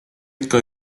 ikka